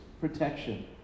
protection